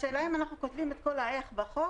השאלה אם אנחנו כותבים את כל האיך בחוק,